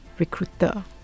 Recruiter